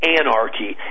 anarchy